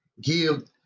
give